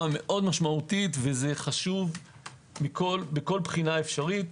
מאוד משמעותית וחשוב בכל בחינה אפשרית.